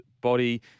body